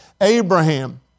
Abraham